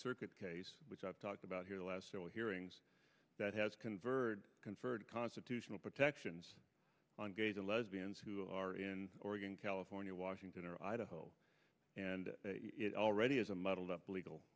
circuit case which i've talked about here the last show hearings that has convert conferred constitutional protections on gays and lesbians who are in oregon california washington or idaho and it already is a muddled up legal